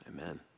Amen